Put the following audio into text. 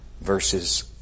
verses